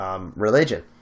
religion